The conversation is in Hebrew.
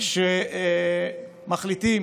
ראשית, כשמחליטים